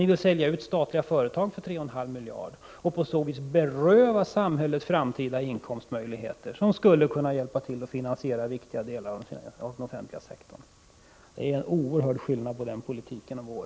Ni vill sälja ut statliga företag för 3,5 miljarder och på så vis beröva samhället möjliga framtida inkomster, som skulle kunna hjälpa till att finansiera viktiga delar av den offentliga sektorn. Det är en oerhört stor skillnad på den politiken och vår.